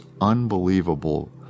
unbelievable